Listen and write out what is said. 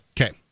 Okay